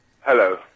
Hello